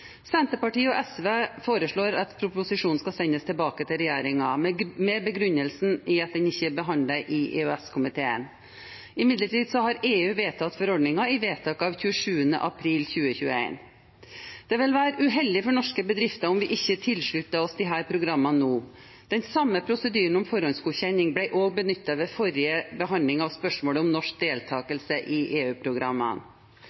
Senterpartiet og SV foreslår at proposisjonen skal sendes tilbake til regjeringen med begrunnelsen at den ikke er behandlet i EØS-komiteen. Imidlertid har EU vedtatt forordningen i vedtak av 27. april 2021. Det vil være uheldig for norske bedrifter om vi ikke tilslutter oss disse programmene nå. Den samme prosedyren om forhåndsgodkjenning ble også benyttet ved forrige behandling av spørsmålet om norsk